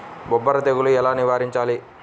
బొబ్బర తెగులు ఎలా నివారించాలి?